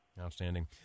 Outstanding